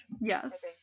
Yes